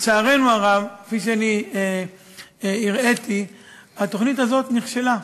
לצערנו הרב, כפי שאני הראיתי, התוכנית הזאת נכשלה.